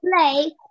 play